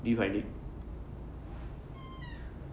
did you find it